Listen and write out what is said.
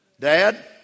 Dad